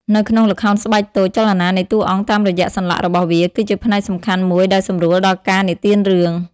នៅក្នុងល្ខោនស្បែកតូច ចលនានៃតួអង្គតាមរយៈសន្លាក់របស់វា គឺជាផ្នែកសំខាន់មួយដែលសម្រួលដល់ការនិទានរឿង។